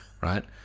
Right